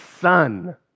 son